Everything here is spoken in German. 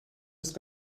ist